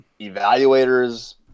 evaluators